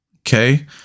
Okay